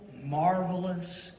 Marvelous